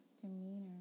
demeanor